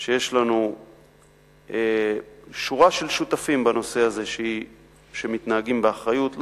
מאוד שיש לנו שורה של שותפים בנושא הזה שמתנהגים באחריות,